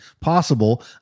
possible